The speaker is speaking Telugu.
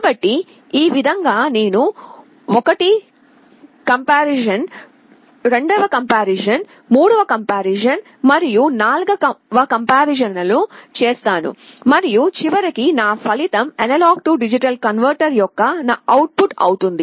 కాబట్టి ఈ విధంగా నేను 1 కంపేరిసిన్ 2 వ కంపేరిసిన్ 3 వ కంపేరిసిన్ మరియు 4 వ కంపేరిసిన్ లను చేస్తాను మరియు చివరికి నా ఫలితం A D కన్వర్టర్ యొక్క నా అవుట్ పుట్ అవుతుంది